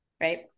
right